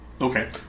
Okay